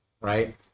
right